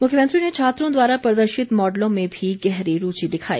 मुख्यमंत्री ने छात्रों द्वारा प्रदर्शित मॉडलों में भी गहरी रूचि दिखाई